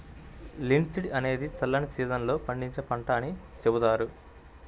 linseed అనేది చల్లని season లో పండించే పంట అని చెబుతున్నారు